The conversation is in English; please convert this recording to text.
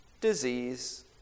disease